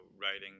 writing